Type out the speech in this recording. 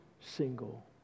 single